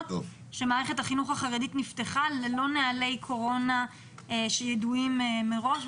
שמערכת החינוך החרדית נפתחה ללא נהלי קורונה שידועים מראש.